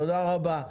תודה רבה.